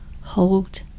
hold